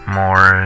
more